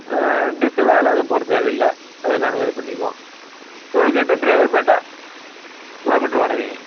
diesel அதெலாம் எதுவும் போட தேவையில்ல அதை நாங்களே இது பண்ணிக்குவோம் டோல் கேட்டு ட்ரைவர் பேட்டா கிலோ மீட்ரு வாடகைங்க